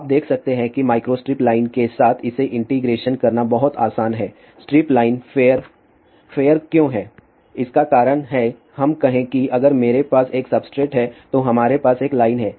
आप देख सकते हैं कि माइक्रोस्ट्रिप लाइन के साथ इसे इंटीग्रेशन करना बहुत आसान है स्ट्रिप लाइन फेयर फेयर क्यों है इसका कारण है हम कहें कि अगर मेरे पास एक सब्सट्रेट है तो हमारे पास एक लाइन है